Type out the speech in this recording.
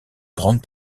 grande